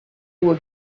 were